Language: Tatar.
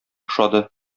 ошады